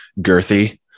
girthy